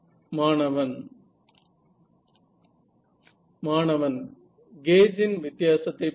மாணவன் மாணவன் கேஜ் இன் வித்தியாசத்தைப் பற்றி